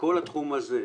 כל התחום הזה,